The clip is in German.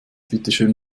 bitteschön